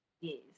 Yes